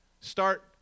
start